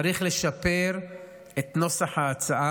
צריך לשפר את נוסח ההצעה,